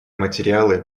материалы